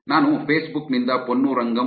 ನಾನು ಫೇಸ್ಬುಕ್ ನಿಂದ ಪೊನ್ನುರಂಗಂ